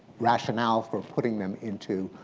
rationale for putting them into